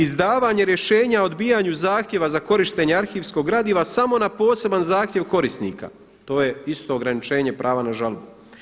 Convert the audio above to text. Izdavanje rješenja o odbijanju zahtjeva za korištenje arhivskog gradiva samo na poseban zahtjev korisnika, to je isto ograničenje prava na žalbu.